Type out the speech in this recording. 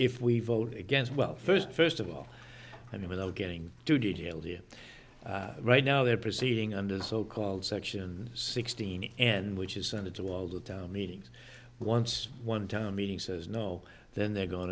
if we voted against well first first of all i mean without getting too detailed here right now they're proceeding under so called section sixteen and which isn't to do all the town meetings once one town meeting says no then they're go